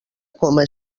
coma